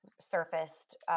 surfaced